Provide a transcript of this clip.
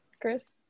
Chris